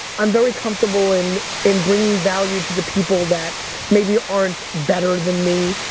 i'm very comfortable in in bringing value to the people that maybe aren't better than me,